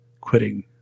Quitting